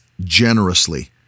generously